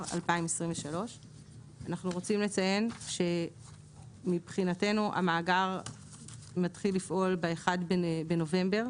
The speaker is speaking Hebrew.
2023). אנחנו רוצים לציין שמבחינתנו המאגר מתחיל לפעול ב-1 בנובמבר,